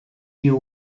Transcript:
you